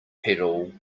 pedal